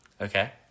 Okay